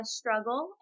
struggle